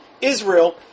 Israel